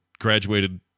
graduated